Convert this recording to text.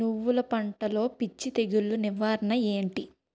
నువ్వులు పంటలో పిచ్చి తెగులకి నివారణ ఏంటి?